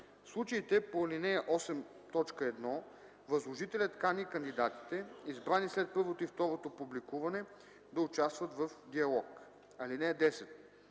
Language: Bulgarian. случаите по ал. 8, т. 1 възложителят кани кандидатите, избрани след първото и второто публикуване, да участват в диалог. (10)